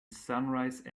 sunrise